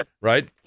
right